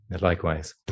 likewise